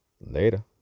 Later